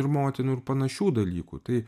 ir motinų ir panašių dalykų tai